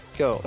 go